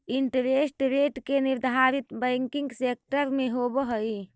interest rate के निर्धारण banking sector में होवऽ हई